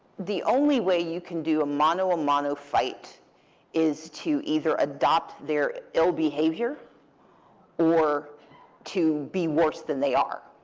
the only way you can do a mano y ah mano fight is to either adopt their ill behavior or to be worse than they are.